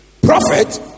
prophet